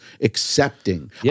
accepting